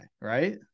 right